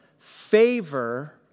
favor